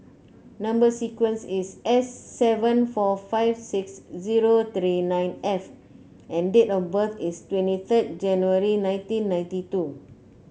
number sequence is S seven four five six zero three nine F and date of birth is twenty third January nineteen ninety two